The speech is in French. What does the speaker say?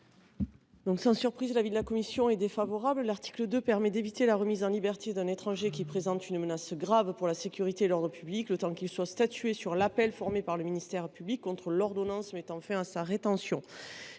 CRA. Quel est l’avis de la commission ? L’article 2 permet d’éviter la remise en liberté d’un étranger qui représente une menace grave pour la sécurité et l’ordre publics, le temps qu’il soit statué sur l’appel formé par le ministère public contre l’ordonnance mettant fin à sa rétention.